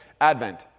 Advent